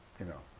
you know,